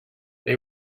they